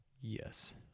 Yes